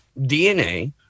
DNA